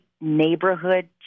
neighborhood